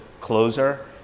closer